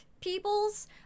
peoples